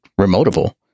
remotable